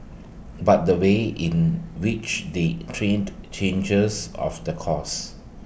but the way in which they trained changes of the course